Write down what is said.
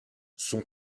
son